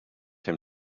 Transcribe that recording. him